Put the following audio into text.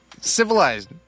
Civilized